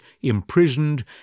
imprisoned